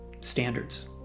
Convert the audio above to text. standards